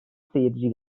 seyirci